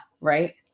Right